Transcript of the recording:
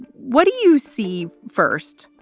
what do you see first?